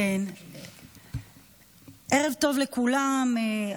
ערב טוב לכולם,